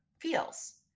feels